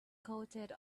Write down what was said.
coated